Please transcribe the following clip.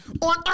On